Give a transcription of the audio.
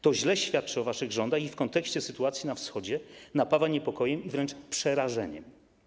To źle świadczy o waszych rządach i w kontekście sytuacji na Wschodzie napawa niepokojem i wręcz przerażeniem.